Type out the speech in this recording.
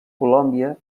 colòmbia